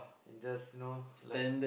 and just know lie